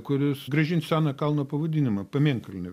kuris grąžins seną kalno pavadinimą pamėnkalnį